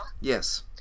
Yes